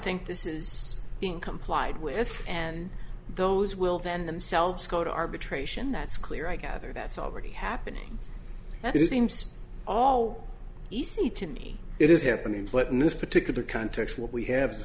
think this is being complied with and those will then themselves go to arbitration that's clear i gather that's already happening that is seems all easy to me it is happening but in this particular context we have